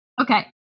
Okay